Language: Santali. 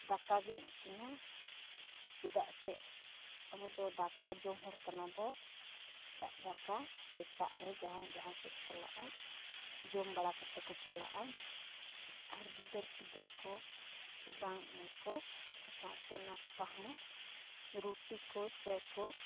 ᱫᱟᱠᱟᱜᱤᱧ ᱤᱥᱤᱱᱟ ᱪᱮᱫᱟᱜ ᱥᱮ ᱟᱵᱚᱫᱚ ᱫᱟᱠᱟ ᱡᱚᱢ ᱦᱚᱲ ᱠᱟᱱᱟ ᱵᱚᱱ ᱫᱟᱜ ᱫᱟᱠᱟ ᱥᱮᱛᱟᱜ ᱨᱮ ᱡᱟᱦᱟᱸᱭ ᱡᱟᱦᱟᱸᱥᱮᱫ ᱪᱟᱞᱟᱜᱼᱟᱭ ᱡᱚᱢ ᱵᱟᱲᱟ ᱠᱟᱛᱮ ᱠᱚ ᱪᱟᱞᱟᱜᱼᱟ ᱟᱨ ᱜᱤᱫᱟᱹᱨᱼᱯᱤᱫᱟᱹᱨ ᱠᱚᱜᱮ ᱵᱟᱝ ᱤᱭᱟᱹ ᱠᱚ ᱥᱟᱶᱛᱮ ᱱᱟᱥᱛᱟ ᱦᱚᱸ ᱨᱩᱴᱤ ᱠᱚ ᱪᱟᱭ ᱠᱚ